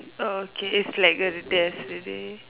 oh okay it's like ther's already